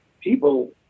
people